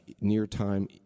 near-time